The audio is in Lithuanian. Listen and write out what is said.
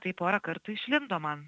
tai porą kartų išlindo man